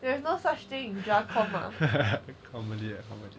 there's no such thing ah